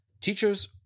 Teachers